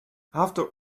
after